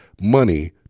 money